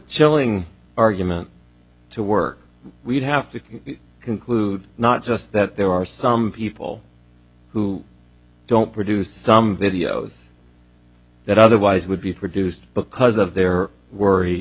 chilling argument to work we'd have to conclude not just that there are some people who don't produce some videos that otherwise would be produced because of their worry